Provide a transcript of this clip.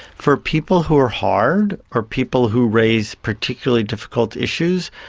for people who are hard or people who raise particularly difficult issues,